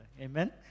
Amen